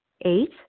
Eight